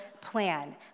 plan